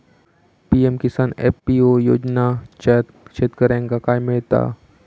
PM Kisan FPO योजनाच्यात शेतकऱ्यांका काय मिळता?